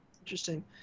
Interesting